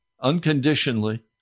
unconditionally